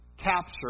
capture